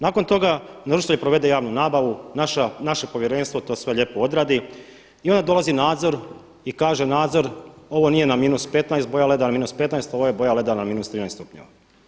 Nakon toga naručitelj provede javnu nabavu, naše povjerenstvo to sve lijepo odradi i onda dolazi nadzor i kaže nadzor ovo nije na -15 boja leda, ovo je boja leda na -13 stupnjeva.